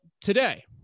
today